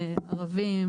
ערבים,